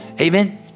Amen